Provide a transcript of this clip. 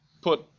put